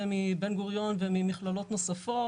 מאוניברסיטת בן גוריון וממכללות נוספות